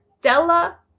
Della